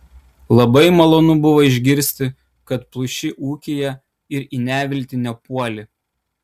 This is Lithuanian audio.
labai malonu buvo išgirsti kad pluši ūkyje ir į neviltį nepuoli